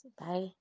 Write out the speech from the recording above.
Bye